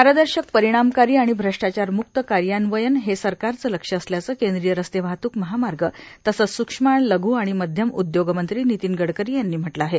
पारदर्शक परिणामकारी आणि भ्रष्टाचारमुक्त कार्यान्वयन हे सरकारचं लक्ष्य असल्याचं केंद्रीय रस्ते वाहतूक महामार्ग तसंच सूक्ष्म लषू आणि मध्यम उद्योगमंत्री नितीन गडकरी यांनी म्हटलं आहे